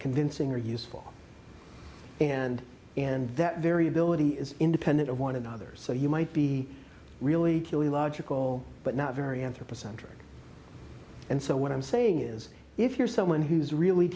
convincing or useful and and that variability is independent of one another so you might be really really logical but not very anthropocentric and so what i'm saying is if you're someone who's really